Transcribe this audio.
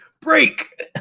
break